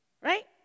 right